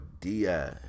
D-I